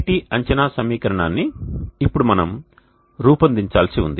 KT అంచనా సమీకరణాన్ని ఇప్పుడు మనం రూపొందించాల్సి ఉంది